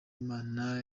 imana